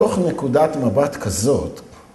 ‫בתוך נקודת מבט כזאת.